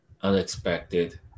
unexpected